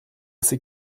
ces